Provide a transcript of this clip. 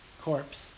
corpse